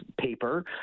paper